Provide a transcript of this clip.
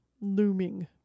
looming